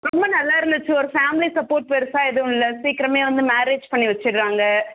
ரொம்ப நல்லா இருந்துச்சு ஒரு ஃபேமிலி சப்போர்ட் பெருசாக எதுவும் இல்லை சீக்கிரமே வந்து மேரேஜ் பண்ணி வச்சிடுறாங்க